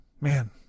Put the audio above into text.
man